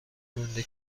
مونده